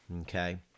Okay